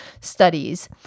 studies